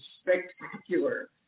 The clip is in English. spectacular